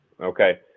Okay